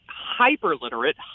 hyper-literate